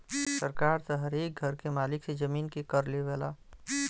सरकार त हरे एक घर के मालिक से जमीन के कर लेवला